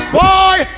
boy